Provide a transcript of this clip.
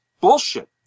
Bullshit